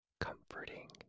comforting